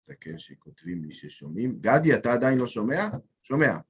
תקל שכותבים לי ששומעים. גדי, אתה עדיין לא שומע? שומע.